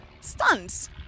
Stunts